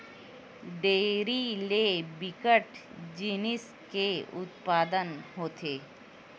dairy ले बिकट जिनिस के उत्पादन होथे